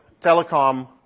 telecom